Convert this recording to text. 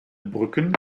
brücken